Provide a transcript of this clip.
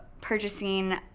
purchasing